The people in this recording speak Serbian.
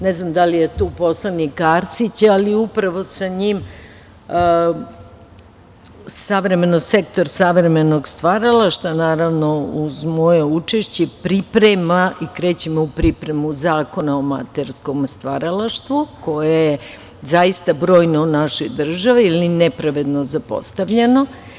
Ne znam da li je tu poslanik Arsić, ali upravo sa njim sektor savremenog stvaralaštva, uz moje učešće, priprema i krećemo u pripremu zakona o amaterskom stvaralaštvu, koje je zaista brojno u našoj državi ali nepravedno zapostavljeno.